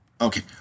Okay